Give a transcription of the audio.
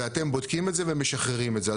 ואתם בודקים את זה ומשחררים את זה.